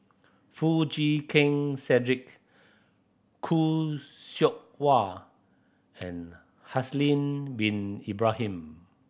Foo Chee Keng Cedric Khoo Seok Wan and Haslir Bin Ibrahim